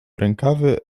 rękawy